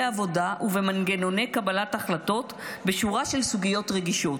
עבודה ובמנגנוני קבלת החלטות בשורה של סוגיות רגישות.